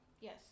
Yes